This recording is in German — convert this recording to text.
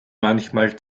manchmal